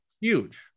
huge